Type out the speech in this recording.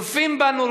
צופים בנו,